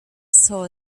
saw